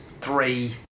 three